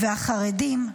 "והחרדים,